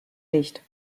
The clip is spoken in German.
nicht